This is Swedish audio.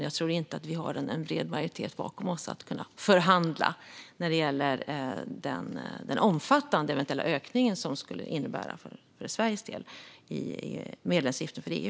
Jag tror inte att vi har en bred majoritet bakom oss att kunna förhandla den omfattande eventuella ökningen av medlemsavgiften för EU det skulle innebära för Sveriges del.